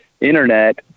internet